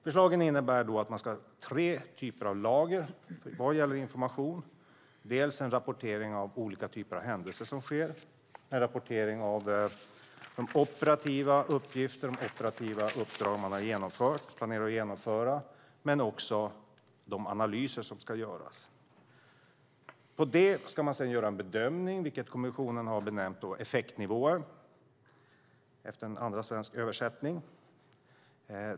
Förslaget innebär att man ska ha tre typer av lager vad gäller information: en rapportering av olika typer av händelser som sker, en rapportering av de operativa uppdrag som man har genomfört och planerar att genomföra samt också de analyser som ska göras. På det ska man sedan göra en bedömning, vilket kommissionen har benämnt effektnivåer, efter en andra svensk översättning.